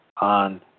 on